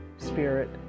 spirit